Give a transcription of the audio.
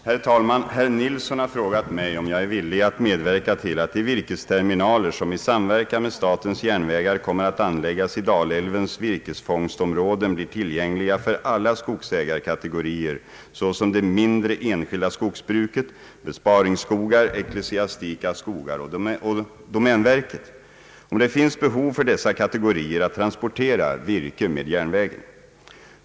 Herr talman! Herr Nils Nilsson har frågat mig om jag är villig att medverka till att de virkesterminaler som i samverkan med statens järnvägar kommer att anläggas i Dalälvens virkesfångstområden blir tillgängliga för alla skogsägarkategorier, såsom det mindre, enskilda skogsbruket, besparingsskogar, ecklesiastika skogar och domänverket, om det finns behov för dessa kategorier att transportera virke med järnvägen.